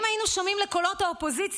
ואם היינו כולנו שומעים לקולות האופוזיציה